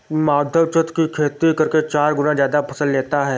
माधव छत की खेती करके चार गुना ज्यादा फसल लेता है